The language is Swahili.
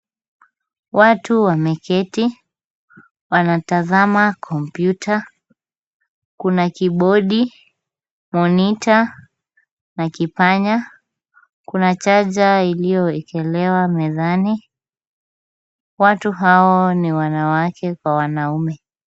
Watu wameketi wanatazama kompyuta, kuna kibodi, monitor na kipanya, kuna chaja iliyowekelewa mezani, watu hao ni wanawake kwa wanaume.